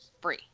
free